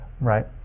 right